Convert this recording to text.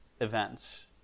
events